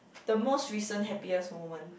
the most recent happiest moment